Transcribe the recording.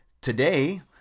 Today